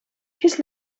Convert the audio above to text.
his